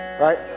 Right